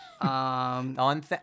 On